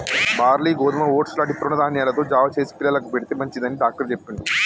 barley గోధుమ oats లాంటి తృణ ధాన్యాలతో జావ చేసి పిల్లలకు పెడితే మంచిది అని డాక్టర్ చెప్పిండు